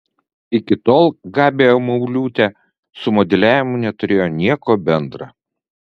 iki tol gabija mauliūtė su modeliavimu neturėjo nieko bendra